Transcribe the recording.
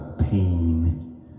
pain